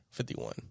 51